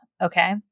Okay